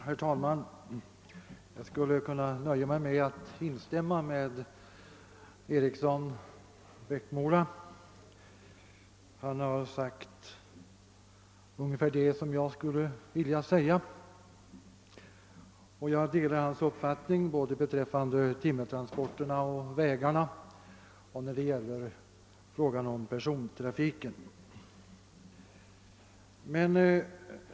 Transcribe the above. Herr talman! Jag skulle kunna nöja mig med att instämma i herr Erikssons i Bäckmora anförande — han har sagt ungefär det som jag hade tänkt säga, och jag delar hans uppfattning beträffande timmertransporterna, vägarna och persontrafiken.